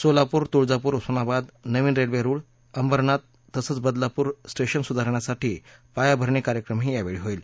सोलापूर तुळजापूर उस्मानाबाद नवीन रेल्वे रुळ अंबरनाथ तसंच बदलापूर स्टेशन सुधारण्यासाठी पायाभरणी कार्यक्रमही यावेळी होईल